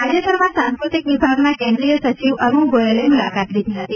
તાજેતરમાં સાંસ્કૃતિક વિભાગના કેન્દ્રિય સચિવ અરૂણ ગોયલની મુલાકાત લીધી હતી